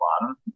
bottom